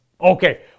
Okay